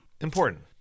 important